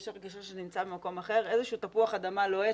יש הרגשה שזה נמצא במקום אחר הוא איזשהו תפוח אדמה לוהט